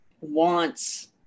wants